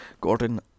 Gordon